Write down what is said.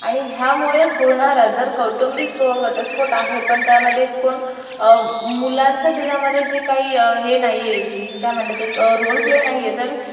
आणि ह्यामुळे होणारा जर कौटुंबिक घटस्फोट आहे पण त्यामध्ये कोण मुलांचं त्याच्यामध्ये जे काही हे नाही आहे त्या म्हणतात ते एक रोल प्ले नाही आहे जर